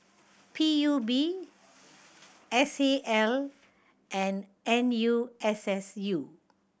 P U B S A L and N U S S U